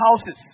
houses